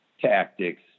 tactics